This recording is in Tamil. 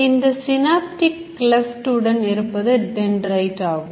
இந்த Synaptic Cleft உடன் இருப்பது Dendrite ஆகும்